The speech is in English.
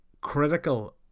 critical